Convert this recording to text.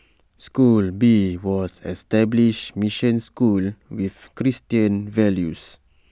school B was an established mission school with Christian values